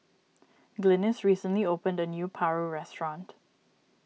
Glynis recently opened a new Paru restaurant